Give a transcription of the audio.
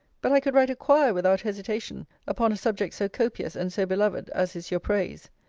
but i could write a quire without hesitation upon a subject so copious and so beloved as is your praise.